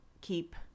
keep